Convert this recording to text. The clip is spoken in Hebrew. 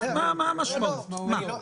מה המשמעות.